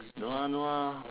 no ah no ah